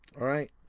alright,